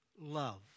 love